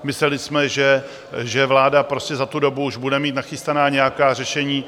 Mysleli jsme, že vláda prostě za tu dobu už bude mít nachystaná nějaká řešení.